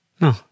No